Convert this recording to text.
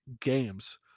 games